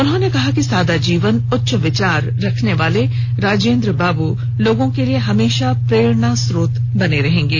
उन्होंने कहा कि सादा जीवन उच्च विचार रखने वाले राजेन्द्र बाबू लोगों के लिए हमेशा प्रेरणा स्रोत रहेंगे